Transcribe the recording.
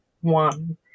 one